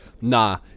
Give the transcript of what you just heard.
Nah